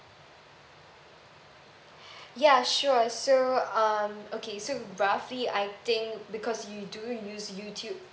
ya sure so um okay so roughly I think because you do use youtube